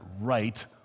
right